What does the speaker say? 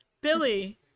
Billy